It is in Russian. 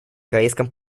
корейском